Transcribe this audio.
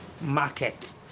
market